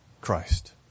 Christ